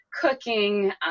cooking